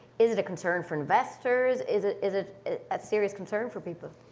is it a concern for investors? is it is it a serious concern for people?